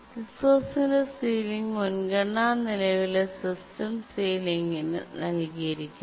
റിസോഴ്സിന്റെ ceiling മുൻഗണന നിലവിലെ system സീലിംഗിന് നൽകിയിരിക്കുന്നു